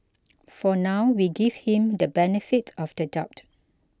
for now we give him the benefit of the doubt